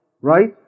right